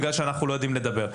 בגלל שאנחנו לא יודעים לדבר.